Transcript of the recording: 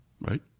Right